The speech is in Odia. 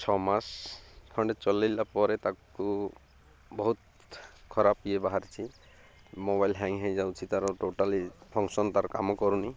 ଛଅ ମାସ ଖଣ୍ଡେ ଚଲାଇଲା ପରେ ତାକୁ ବହୁତ ଖରାପ ଇଏ ବାହାରିଛିି ମୋବାଇଲ୍ ହ୍ୟାଙ୍ଗ ହେଇଯାଉଛି ତା'ର ଟୋଟାଲି ଫଙ୍କସନ୍ ତା'ର କାମ କରୁନି